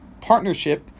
partnership